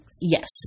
Yes